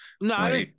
No